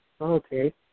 Okay